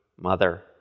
mother